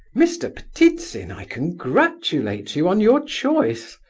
mr. but ptitsin, i congratulate you on your choice.